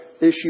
issue